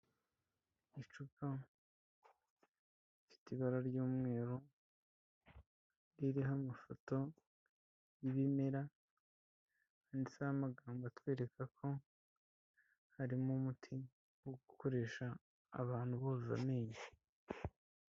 Icupa rifite ibara ry'umweru ririho amafoto y'ibimera, ndetse n'amagambo atwereka ko harimo umuti wo gukoresha abantu boza amenyo.